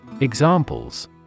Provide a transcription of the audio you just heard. Examples